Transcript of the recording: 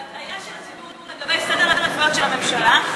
והטעיה של הציבור לגבי סדר העדיפויות של הממשלה,